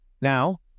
Now